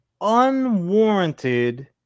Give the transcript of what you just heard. unwarranted